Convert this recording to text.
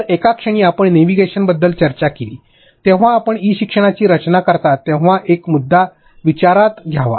तर एका क्षणी आपण नेव्हिगेशन बद्दल चर्चा केली आपण जेव्हा आपण ई शिक्षणाची रचना करता तेव्हा एक मुद्दा विचारात घ्यावा